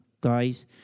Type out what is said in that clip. guys